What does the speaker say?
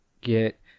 get